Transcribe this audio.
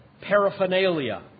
paraphernalia